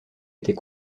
était